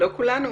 לא כולנו.